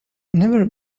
never